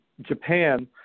Japan